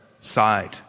side